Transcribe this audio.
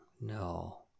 no